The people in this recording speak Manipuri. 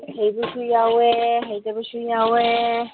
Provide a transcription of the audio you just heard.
ꯑꯍꯩꯕꯁꯨ ꯌꯥꯎꯋꯦ ꯍꯩꯇꯕꯁꯨ ꯌꯥꯎꯋꯦ